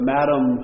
Madam